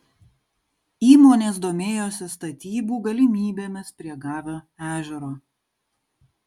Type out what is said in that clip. įmonės domėjosi statybų galimybėmis prie gavio ežero